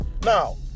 now